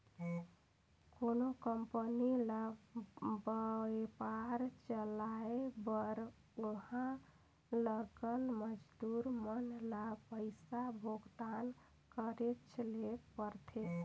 कोनो कंपनी ल बयपार चलाए बर उहां लगल मजदूर मन ल पइसा भुगतान करेच ले परथे